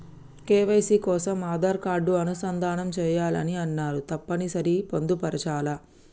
KYC కోసం Aadhaar card అనుసంధానం చేయాలని అన్నరు తప్పని సరి పొందుపరచాలా?